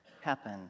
happen